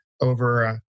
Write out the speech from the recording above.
over